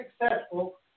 successful